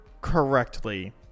correctly